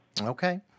Okay